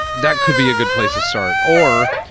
that could be a good place to start. or,